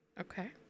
Okay